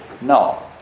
No